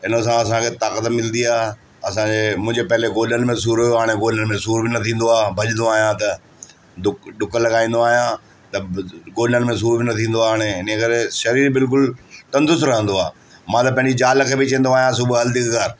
हिन सां असांखे ताक़तु मिलंदी आहे असांखे मुंहिंजे पहिरीं ॻोडनि में सूर हुयो हाणे ॻोडनि में सूर न थींदो आहे भजदो आहियां त ॾु ॾुक लॻाईंदो आहियां त ॻोडनि में सूर न थींदो आहे हाणे इन करे शरीर बिल्कुलु तंदुरुस्तु रहंदो आहे मां त पंहिंजी ज़ाल खे बि चवंदो आहियां सुबुह हलंदी कर